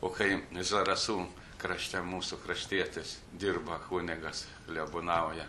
o kai zarasų krašte mūsų kraštietis dirba kunigas klebonauja